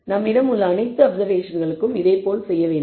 நம்மிடம் உள்ள அனைத்து அப்சர்வேஷன்களுக்கும் இதேபோல் செய்ய வேண்டும்